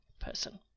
person